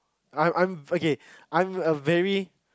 I I'm okay I'm a very